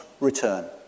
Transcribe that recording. return